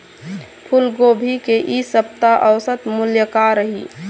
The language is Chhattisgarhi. फूलगोभी के इ सप्ता औसत मूल्य का रही?